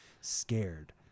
scared